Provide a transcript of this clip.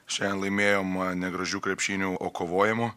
šian laimėjom ne gražiu krepšiniu o kovojimu